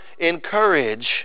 encourage